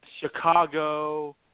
Chicago